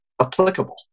applicable